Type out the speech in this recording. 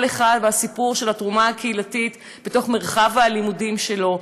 כל אחד והסיפור של התרומה הקהילתית שלו בתוך מרחב הלימודים שלו,